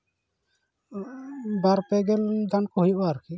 ᱵᱟᱨ ᱯᱮ ᱜᱮᱞ ᱜᱟᱱ ᱠᱚ ᱦᱩᱭᱩᱜᱼᱟ ᱟᱨᱠᱤ